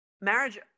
marriage